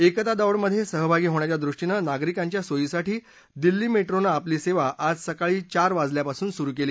एकता दौड मध्ये सहभागी होण्याच्या दृष्टीनं नागरिकांच्या सोयीसाठी दिल्ली मेट्रोनं आपली सेवा आज सकाळी चार वाजल्यापासून सुरु केली